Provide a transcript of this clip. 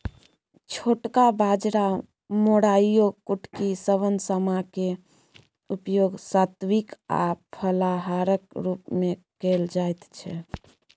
छोटका बाजरा मोराइयो कुटकी शवन समा क उपयोग सात्विक आ फलाहारक रूप मे कैल जाइत छै